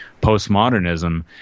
postmodernism